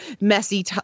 messy